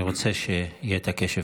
אני רוצה שיהיה קשב.